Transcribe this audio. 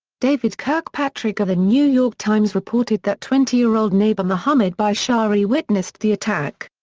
david kirkpatrick of the new york times reported that twenty year old neighbor mohamed bishari witnessed the attack.